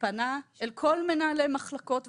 פנה אל כל מנהלי המחלקות,